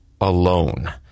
alone